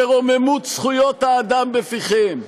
שרוממות זכויות האדם בפיכם,